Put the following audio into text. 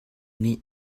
nih